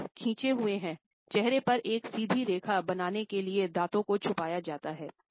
होंठ खिंचे हुए हैं चेहरे पर एक सीधी रेखा बनाने के लिए और दाँतों को छुपाया जाता है